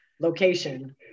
location